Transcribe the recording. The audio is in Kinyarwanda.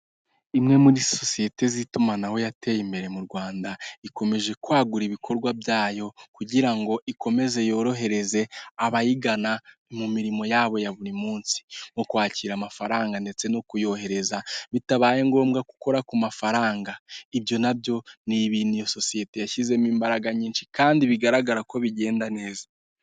Imwe muri sosiyete z'itumanaho yateye imbere mu Rwanda, ikomeje kwagura ibikorwa byayo kugira ngo ikomeze yorohereze abayigana mu mirimo yabo ya buri munsi nko kwakira amafaranga ndetse no kuyohereza bitabaye ngombwa gukora ku mafaranga, ibyo na byo ni ibintu iyo sosiyete yashyizemo imbaraga nyinshi kandi bigaragara ko bigenda neza.